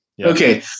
Okay